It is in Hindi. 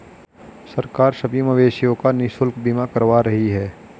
सरकार सभी मवेशियों का निशुल्क बीमा करवा रही है